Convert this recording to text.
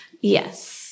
Yes